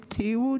המציאות,